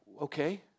okay